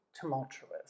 tumultuous